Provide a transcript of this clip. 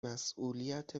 مسئولیت